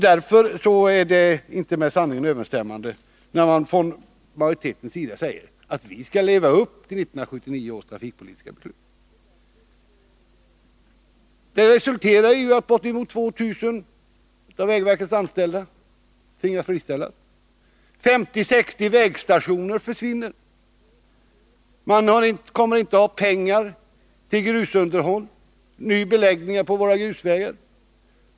Därför är det inte med sanningen överensstämmande, när man från utskottsmajoritetens sida säger att man lever upp till 1979 års trafikpolitiska beslut. Ert förslag resulterar ju bl.a. i att bortemot 2 000 av vägverkets anställda måste friställas. 50-60 vägstationer försvinner. Man kommer inte att ha pengar till grusning och ny beläggning på våra grusvägar.